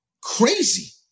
crazy